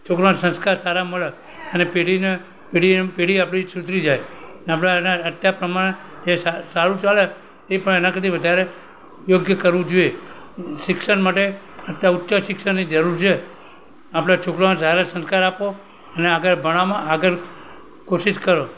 છોકરાઓને સંસ્કાર સારા મળે અને પેઢીને પેઢીએ પેઢી આપણે સુધરી જાય અત્યારે પ્રમાણે એ સા સારું ચાલે એ પણ એના કરતા વધારે યોગ્ય કરવું જોઈએ શિક્ષણ માટે અત્યાર ઉચ્ચ શિક્ષણની જરૂર છ આપણે છોકરાઓને સારા સંસ્કાર આપો અને આગળ ભણવામાં આગર કોશિષ કરો